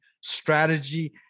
strategy